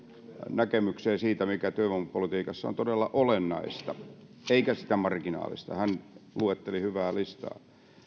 näkemykseen siitä mikä työvoimapolitiikassa on todella olennaista eikä sitä marginaalista hän luetteli hyvää listaa